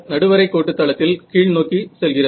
நடுவரை கோட்டு தளத்தில் கீழ்நோக்கி செல்கிறது